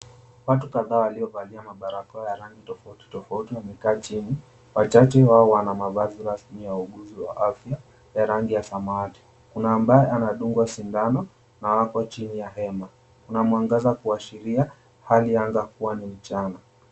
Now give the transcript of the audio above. Watu kadhaa waliovalia mabarakoa wa rangi tofauti tofauti wamekaa chini. Wachache hawa wana mavazi rasmi ya wauguzi wa afya wa rangi ya samawati. Kuna ambaye anadungwa sindano na wapo chini ya hema. Kuna mwangaza kuashiria hali ya anga kuwa ni mchana.